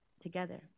together